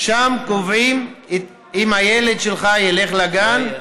שם קובעים אם הילד שלך ילך לגן,